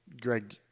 Greg